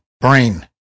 brain